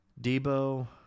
Debo